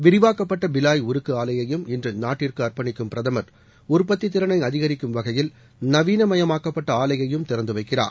விரிவாக்கப்பட்ட பிலாய் உருக்கு ஆலையையும் இன்று நாட்டிற்கு அர்ப்பணிக்கும் பிரதமர் உற்பத்தித் திறனை அதிகரிக்கும் வகையில் நவீனமயமாக்கப்பட்ட ஆலையையும் திறந்து வைக்கிறார்